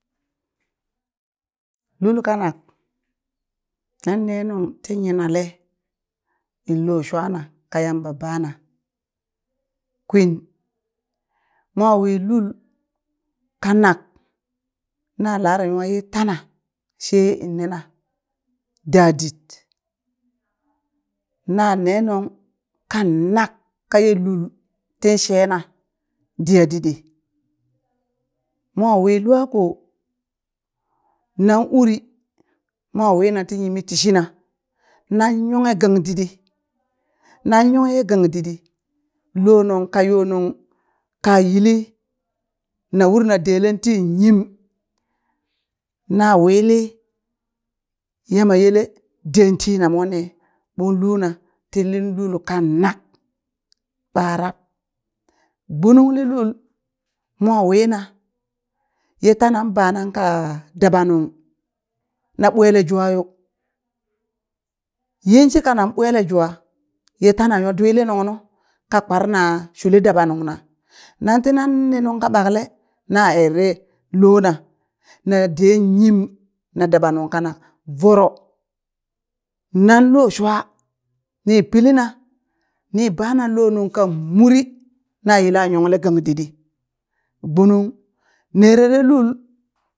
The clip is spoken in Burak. Lul kanak nan ne nung ti yinale inlo shwana ka Yamba bana kwin mo wi lul kanak na lare naw ye tana she innena da dit na ne nung kanak kaye lul tin shena diya ditdi mo wi lwa ko nan uri mo wina ti yimiti shina nan yonghe ye gangditdi nan yonghe ye gangditdi lo nungka yo nung ka yili na urr na ɗelen ti yim na wili Yamma yele den tin monne ɓon luna ti lin lul kanak ɓa rab gbunungli lul mo wina ye tana bana ka daba nung na ɓwele jwa yo yinshika nan bwele jwa ye tana nyo ɗwili nung nu ka kparna shule daba nungna nan tinan ne nungka ɓakle na ere lona na de yim na daba nungka nak voro nan lo shwa ni pilina ni bana lo nungka muri na yila yongle gang ditdi gbunung, nerere lul